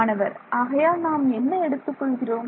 மாணவர் ஆகையால் நாம் என்ன எடுத்துக் கொள்கிறோம்